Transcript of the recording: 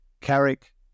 Carrick